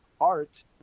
art